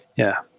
yeah.